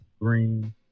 green